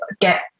get